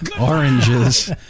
Oranges